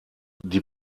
die